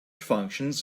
functions